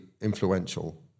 influential